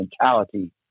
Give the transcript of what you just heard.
mentality